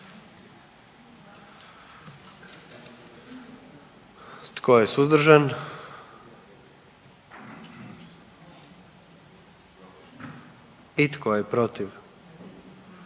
Tko je suzdržan? I tko je protiv?